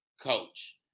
Coach